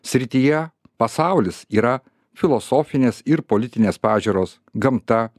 srityje pasaulis yra filosofinės ir politinės pažiūros gamta